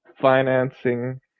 financing